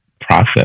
process